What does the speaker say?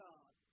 God